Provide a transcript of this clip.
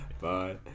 bye